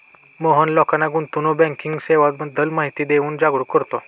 मोहन लोकांना गुंतवणूक बँकिंग सेवांबद्दल माहिती देऊन जागरुक करतो